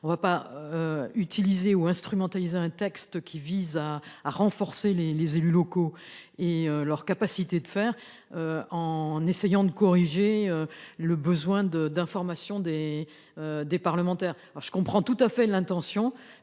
On va pas. Utilisées ou instrumentalisées, un texte qui vise à, à renforcer les, les élus locaux et leur capacité de faire. En essayant de corriger le besoin de d'information des. Des parlementaires. Alors je comprends tout à fait l'intention,